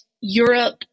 Europe